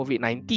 COVID-19